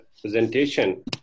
presentation